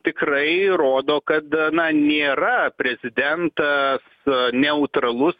tikrai rodo kad na nėra prezidentas neutralus